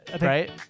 right